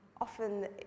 often